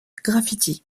graffitis